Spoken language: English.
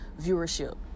viewership